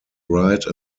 ride